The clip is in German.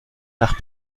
nach